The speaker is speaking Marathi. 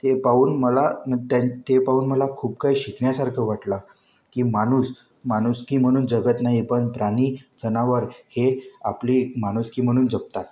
ते पाहून मला म ते पाहून मला खूप काही शिकण्यासारखं वाटलं की माणूस माणुसकी म्हणून जगत नाही पण प्राणी जनावर हे आपले माणुसकी म्हणून जगतात